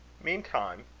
meantime,